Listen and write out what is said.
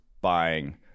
buying